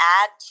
add